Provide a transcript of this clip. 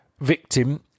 Victim